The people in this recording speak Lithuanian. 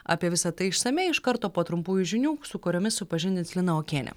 apie visa tai išsamiai iš karto po trumpųjų žinių su kuriomis supažindins lina okienė